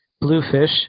bluefish